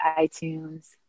iTunes